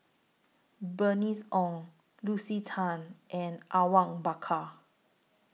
Bernice Ong Lucy Tan and Awang Bakar